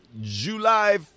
July